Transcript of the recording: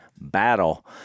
battle